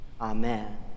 Amen